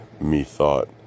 Methought